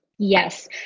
Yes